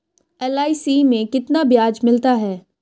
LIC में कितना ब्याज मिलता है?